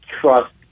trust